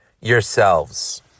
yourselves